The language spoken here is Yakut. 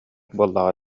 буоллаҕа